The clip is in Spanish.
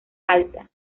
alta